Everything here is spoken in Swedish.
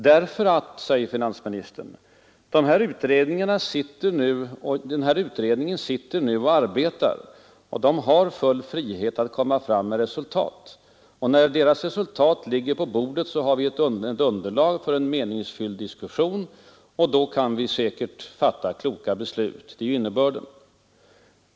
Orsaken till svaret är, säger finansministern, att den här utredningen nu sitter och arbetar, och den har full frihet att lägga fram resultat; när dess resultat ligger på bordet har vi ett underlag för en meningsfylld diskussion, och då kan vi säkert fatta kloka beslut.